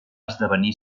esdevenir